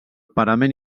parament